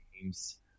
games